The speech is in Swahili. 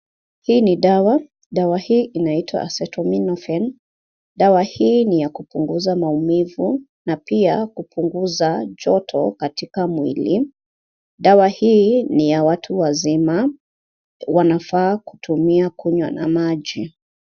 Hii ni dawa. Dawa hii inaitwa Acetaminophen. Dawa hii ni ya kupunguza maumivu na pia kupunguza joto katika mwili. Dawa hii ni ya watu wazima. Wanafaa kutumia kunywa na maji.